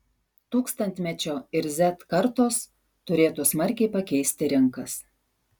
tūkstantmečio ir z kartos turėtų smarkiai pakeisti rinkas